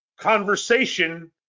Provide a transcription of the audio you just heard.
conversation